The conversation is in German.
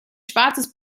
schwarzes